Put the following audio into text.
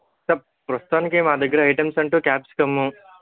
sir ప్రస్తుతానికి మా దగ్గర ఐటమ్స అంటూ క్యాప్సికమ్ము